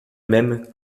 même